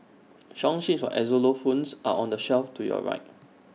song sheets for xylophones are on the shelf to your right